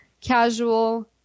casual